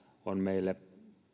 on meille